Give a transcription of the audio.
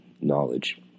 knowledge